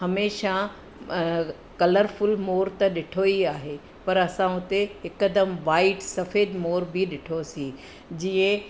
हमेशह कलरफुल मोर त ॾिठो ई आहे पर असां हुते हिकदमि व्हाइट सफेदु मोर बि ॾिठोसीं जीअं